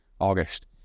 August